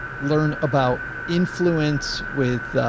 learn about influence with, ah,